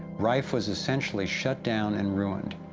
rife was essentially shut down and ruined,